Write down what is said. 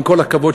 עם כל הכבוד,